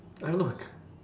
I don't know like